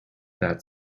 that